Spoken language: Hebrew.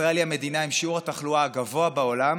ישראל היא המדינה עם שיעור התחלואה הגבוה בעולם,